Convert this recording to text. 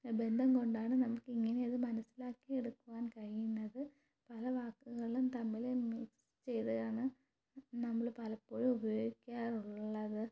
ബന്ധം കൊണ്ടാണ് നമുക്ക് ഇങ്ങനെയത് മനസ്സിലാക്കി എടുക്കാൻ കഴിയുന്നത് പല വാക്കുകളും തമ്മിൽ മിക്സ് ചെയ്താണ് നമ്മൾ പലപ്പോഴും ഉപയോഗിക്കാറുള്ളത്